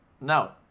No